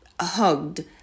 hugged